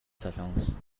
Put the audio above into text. солонгост